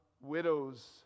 widows